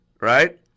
right